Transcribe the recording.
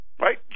right